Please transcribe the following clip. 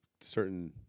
certain